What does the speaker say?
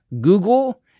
google